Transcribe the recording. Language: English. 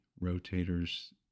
rotators